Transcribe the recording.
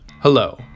Hello